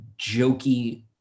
jokey